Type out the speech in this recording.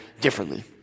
differently